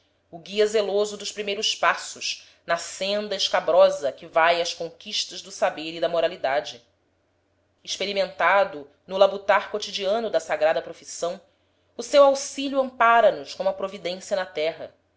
o guia zeloso dos primeiros passos na senda escabrosa que vai às conquistas do saber e da moralidade experimentado no labutar cotidiano da sagrada profissão o seu auxílio ampara nos como a providência na terra